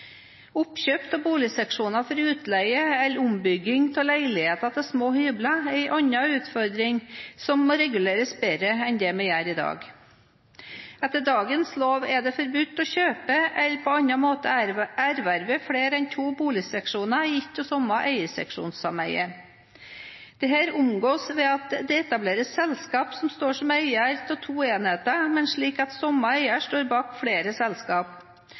Oppkjøp av boligseksjoner for utleie eller ombygging av leiligheter til små hybler er andre utfordringer som må reguleres bedre enn vi gjør i dag. Etter dagens lov er det forbudt å kjøpe eller på annen måte erverve flere enn to boligseksjoner i ett og samme eierseksjonssameie. Dette omgås ved at det etableres selskap som står som eier av to enheter, men slik at samme eier står bak flere selskap.